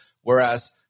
Whereas